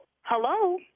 Hello